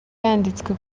yanditswe